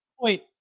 point